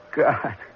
God